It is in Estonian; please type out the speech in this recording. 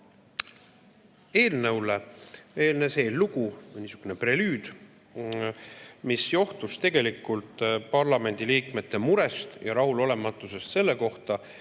eelnõule eelnes eellugu, niisugune prelüüd, mis johtus tegelikult parlamendiliikmete murest ja rahulolematusest sellega,